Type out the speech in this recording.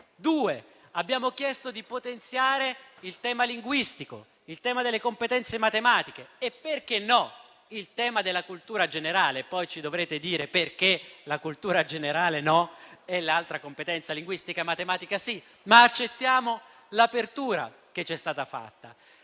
abbiamo chiesto di potenziare il tema linguistico, il tema delle competenze matematiche e - perché no? - il tema della cultura generale. Ci dovrete poi dire perché la cultura generale no e l'altra competenza linguistica matematica sì. Accettiamo però l'apertura che c'è stata fatta.